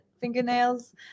fingernails